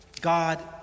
God